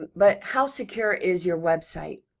but, how secure is your website?